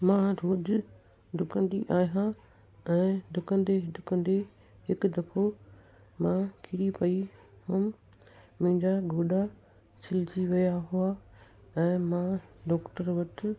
मां रोज़ु डुकंदी आहियां ऐं डुकंदे डुकंदे हिकु दफ़ो मां किरी पई हुअमि मुंहिंजा गोॾा छिलिजी विया हुआ ऐं मां डॉक्टर वटि